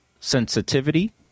sensitivity